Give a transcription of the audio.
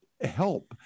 help